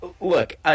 look